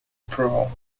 approval